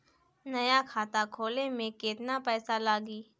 नया खाता खोले मे केतना पईसा लागि?